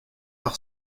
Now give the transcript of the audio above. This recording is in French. par